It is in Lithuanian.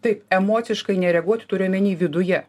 tai emociškai nereaguot turiu omeny viduje